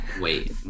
Wait